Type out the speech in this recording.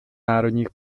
národních